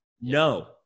No